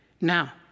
Now